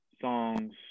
songs